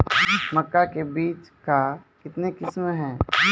मक्का के बीज का कितने किसमें हैं?